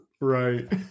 right